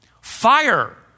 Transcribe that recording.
Fire